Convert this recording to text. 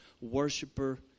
worshiper